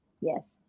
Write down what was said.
yes